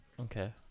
Okay